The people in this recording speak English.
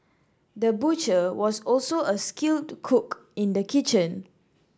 the butcher was also a skilled cook in the kitchen